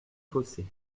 fossés